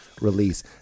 release